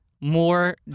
more